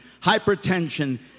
hypertension